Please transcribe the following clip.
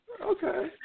Okay